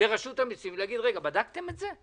לרשות המסים ולהגיד, בדקתם את זה?